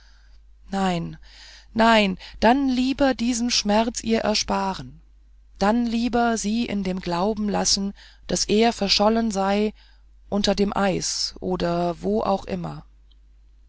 nein nein dann lieber diesen schmerz ihr ersparen dann lieber sie in dem glauben lassen daß er verschollen sei unter dem eis oder wo auch immer